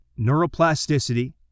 Neuroplasticity